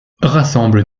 rassemble